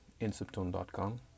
InSubtone.com